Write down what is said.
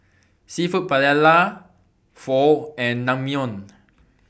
Seafood Paella Pho and Naengmyeon